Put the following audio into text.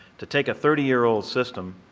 to take a thirty year old system